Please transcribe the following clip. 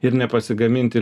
ir nepasigaminti